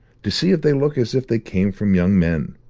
to see if they look as if they came from young men.